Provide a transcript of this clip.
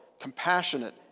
compassionate